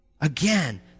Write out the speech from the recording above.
Again